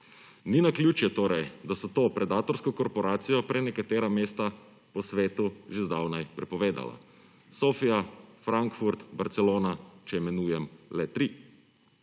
Ni naključje, da so to predatorsko korporacijo prenekatera mesta po svetu že zdavnaj prepovedala; Sofija, Frankfurt, Barcelona, če imenuje le tri.